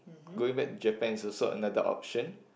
going back Japan is also another option